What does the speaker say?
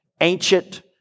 ancient